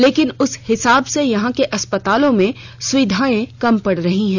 लेकिन उस हिसाब से यहां के अस्पतालों में सुविधाएं कम पड़ रही हैं